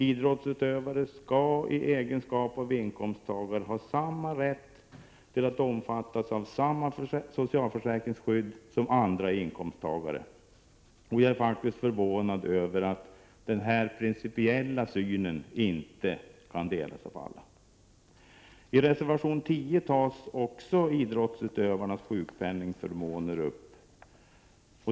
Idrottsutövare skall i egenskap av inkomsttagare ha samma rätt till att omfattas av samma socialförsäkringsskydd som andra inkomsttagare. Jag är faktiskt förvånad över att den här principiella synen inte kan delas av alla. I reservation 10 tas idrottsutövares sjukpenningförmåner upp.